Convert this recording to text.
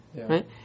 right